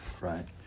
Right